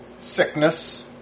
sickness